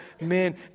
men